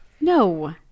No